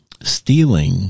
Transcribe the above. stealing